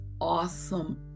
awesome